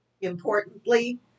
Importantly